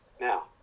Now